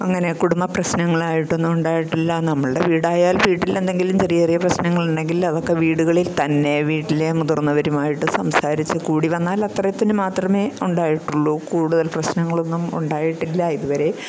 അങ്ങനെ കുടുംബ പ്രശ്നങ്ങളായിട്ടൊന്നും ഉണ്ടായിട്ടില്ല നമ്മളുടെ വീടായാല് വീട്ടിലെന്തെങ്കിലും ചെറിയ ചെറിയ പ്രശ്നങ്ങളുണ്ടെങ്കില് അതൊക്കെ വീടുകളില് തന്നെ വീട്ടിലെ മുതിര്ന്നവരുമായിട്ട് സംസാരിച്ച് കൂടിവന്നാല് അത്രയെ ഇതിനു മാത്രമേ ഉണ്ടായിട്ടുള്ളൂ കൂടുതല് പ്രശ്നങ്ങളൊന്നും ഉണ്ടായിട്ടില്ല ഇതുവരെ